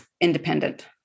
independent